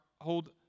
hold